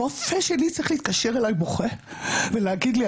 הרופא שלי צריך להתקשר אליי בוכה ולהגיד לי,